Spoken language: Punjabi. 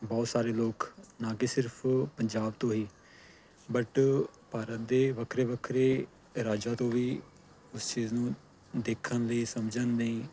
ਬਹੁਤ ਸਾਰੇ ਲੋਕ ਨਾ ਕਿ ਸਿਰਫ ਪੰਜਾਬ ਤੋਂ ਹੀ ਬਟ ਭਾਰਤ ਦੇ ਵੱਖਰੇ ਵੱਖਰੇ ਰਾਜਾਂ ਤੋਂ ਵੀ ਇਸ ਚੀਜ਼ ਨੂੰ ਦੇਖਣ ਲਈ ਸਮਝਣ ਲਈ